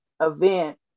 event